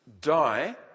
die